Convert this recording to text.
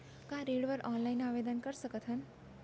का ऋण बर ऑनलाइन आवेदन कर सकथन?